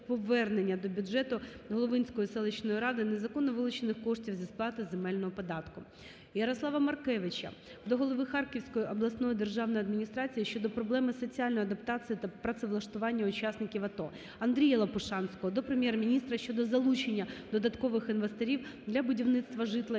повернення до бюджету Головинської селищної ради незаконно вилучених коштів зі сплати земельного податку. Ярослава Маркевича до голови Харківської обласної державної адміністрації щодо проблеми соціальної адаптації та працевлаштування учасників АТО. Андрія Лопушанського до Прем'єр-міністра щодо залучення додаткових інвесторів для будівництва житла